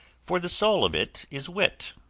for the soul of it is wit,